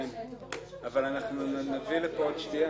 הוא יעלה על הדוכן.